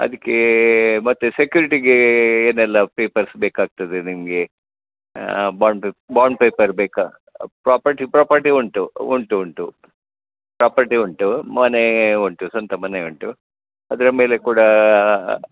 ಅದ್ಕೇ ಮತ್ತು ಸೆಕ್ಯುರಿಟಿಗೇ ಏನೆಲ್ಲಾ ಪೇಪರ್ಸ್ ಬೇಕಾಗ್ತದೆ ನಿಮಗೆ ಬಾಂಡ್ ಪೇಪ ಬಾಂಡ್ ಪೇಪರ್ ಬೇಕಾ ಪ್ರಾಪರ್ಟಿ ಪ್ರಾಪರ್ಟಿ ಉಂಟು ಉಂಟು ಉಂಟು ಪ್ರಾಪರ್ಟಿ ಉಂಟು ಮನೆ ಉಂಟು ಸ್ವಂತ ಮನೆ ಉಂಟು ಅದರ ಮೇಲೆ ಕೂಡಾ